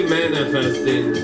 manifesting